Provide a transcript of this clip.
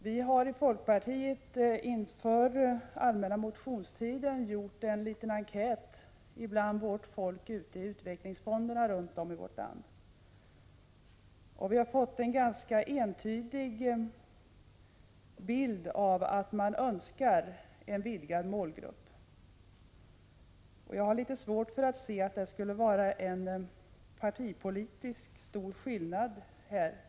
Vi gjorde i folkpartiet inför allmänna motionstiden en liten enkät bland vårt folk i utvecklingsfonderna runt om i landet, och vi har fått en ganska entydig bild av att man önskar en vidgad målgrupp. Jag har litet svårt för att se att det skulle vara en partipolitiskt stor skillnad här.